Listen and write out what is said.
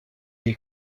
est